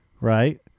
Right